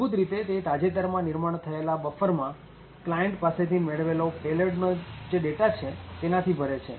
મૂળભૂત રીતે તે તાજેતરમાં નિર્માણ થયેલા બફરમાં ક્લાયન્ટ પાસેથી મેળવેલો પેલોડનો જે ડેટા છે તેનાથી ભરે છે